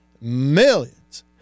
millions